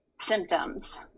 symptoms